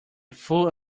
fool